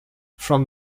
from